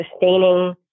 sustaining